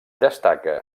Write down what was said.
destaca